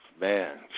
man